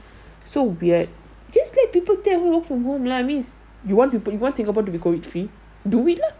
so weird just let people to have work from home lah I mean you want to put you want singapore to be COVID free do it lah